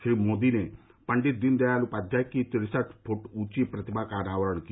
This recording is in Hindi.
श्री मोदी ने पंडित दीनदयाल उपाध्याय की तिरसठ फुट ऊंची प्रतिमा का अनावरण किया